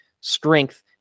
strength